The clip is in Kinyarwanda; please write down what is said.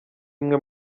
imwe